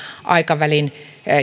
aikavälin